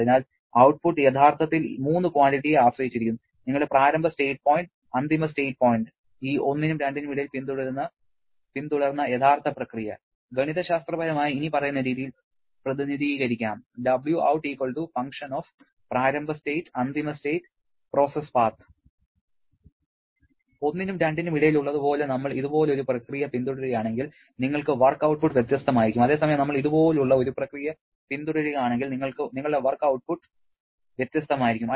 അതിനാൽ ഔട്ട്പുട്ട് യഥാർത്ഥത്തിൽ മൂന്ന് ക്വാണ്ടിറ്റിയെ ആശ്രയിച്ചിരിക്കുന്നു നിങ്ങളുടെ പ്രാരംഭ സ്റ്റേറ്റ് പോയിന്റ് അന്തിമ സ്റ്റേറ്റ് പോയിന്റ് ഈ 1 നും 2 നും ഇടയിൽ പിന്തുടർന്ന യഥാർത്ഥ പ്രക്രിയ ഗണിതശാസ്ത്രപരമായി ഇനിപ്പറയുന്ന രീതിയിൽ പ്രതിനിധീകരിക്കാം Wout f പ്രാരംഭ സ്റ്റേറ്റ് അന്തിമ സ്റ്റേറ്റ് പ്രോസസ്സ് പാത്ത് 1 നും 2 നും ഇടയിലുള്ളത് പോലെ നമ്മൾ ഇതുപോലൊരു പ്രക്രിയ പിന്തുടരുകയാണെങ്കിൽ നിങ്ങളുടെ വർക്ക് ഔട്ട്പുട്ട് വ്യത്യസ്തമായിരിക്കും അതേസമയം നമ്മൾ ഇതുപോലുള്ള ഒരു പ്രക്രിയ പിന്തുടരുകയാണെങ്കിൽ നിങ്ങളുടെ വർക്ക് ഔട്ട്പുട്ട് വ്യത്യസ്തമായിരിക്കും